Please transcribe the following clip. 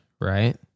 right